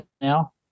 now